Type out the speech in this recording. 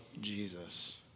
Jesus